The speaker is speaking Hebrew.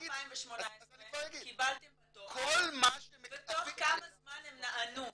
-- כמה פניות בשנת 2018 קיבלתם בדוא"ל ותוך כמה זמן הן נענו?